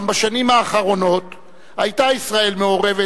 גם בשנים האחרונות היתה ישראל מעורבת